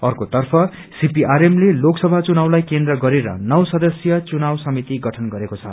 अर्को तर्फ सीपीआरएम ले लोकसभा चुनावलाई केन्द्र गरेर नौ सदस्यीय चुनाव समिति गठन गरेको छ